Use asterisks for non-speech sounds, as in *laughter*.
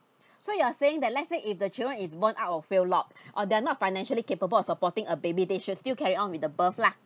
*breath* so you are saying that let's say if the children is born out of wedlock or they're not financially capable of supporting a baby they should still carry on with the birth lah